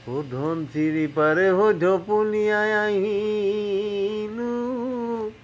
অ' ধনশিৰি পাৰে হৈ ধপলিয়াই আহিলোঁ